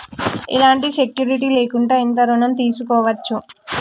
ఎలాంటి సెక్యూరిటీ లేకుండా ఎంత ఋణం తీసుకోవచ్చు?